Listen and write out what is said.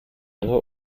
lange